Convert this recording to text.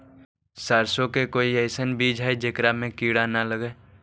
सरसों के कोई एइसन बिज है जेकरा में किड़ा न लगे?